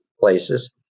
places